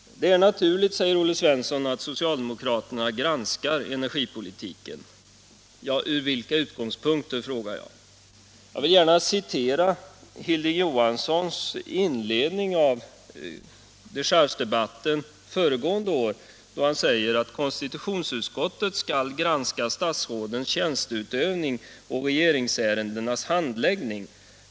Det är naturligt, säger Olle Svensson, att socialdemokraterna granskar energipolitiken. Då vill jag fråga: Från vilka utgångspunkter? Jag vill gärna citera Hilding Johanssons inledningsanförande vid dechargedebatten föregående år, då han sade: ”Konstitutionsutskottet skall granska statsrådens tjänsteutövning och regeringsärendenas handläggning.